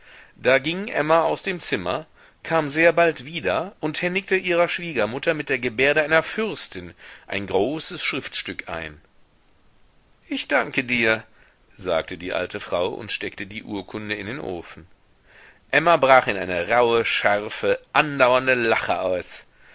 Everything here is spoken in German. da ging emma aus dem zimmer kam sehr bald wieder und händigte ihrer schwiegermutter mit der gebärde einer fürstin ein großes schriftstück ein ich danke dir sagte die alte frau und steckte die urkunde in den ofen emma brach in eine rauhe scharfe andauernde lache aus